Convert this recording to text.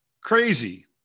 crazy